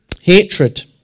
hatred